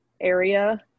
area